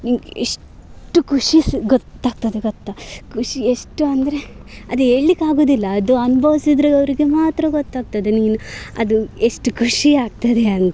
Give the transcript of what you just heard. ನಿಂಗೆ ಎಷ್ಟು ಖುಷಿ ಸು ಗೊತ್ತಾಗ್ತದೆ ಗೊತ್ತ ಖುಷಿ ಎಷ್ಟು ಅಂದರೆ ಅದೇಳಿಕ್ಕಾಗುವುದಿಲ್ಲ ಅದು ಅನುಭವ್ಸಿದ್ರೆ ಅವರಿಗೆ ಮಾತ್ರ ಗೊತ್ತಾಗ್ತದೆ ನೀನು ಅದು ಎಷ್ಟು ಖುಷಿ ಆಗ್ತದೆ ಅಂತ